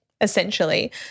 essentially